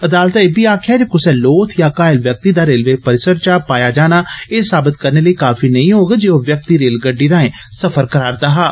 अदालतै इब्बी आक्खेआ जे कुसै लोथ चा घायल व्यक्ति दा रेलवे परिसर च पाया जान एह् साबत करने लेई काफी नेही होग जे ओ व्यक्ति रेलगड्डी राएं सफर करार'दा हा